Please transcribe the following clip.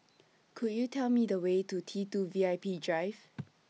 Could YOU Tell Me The Way to T two V I P Drive